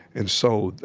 and so,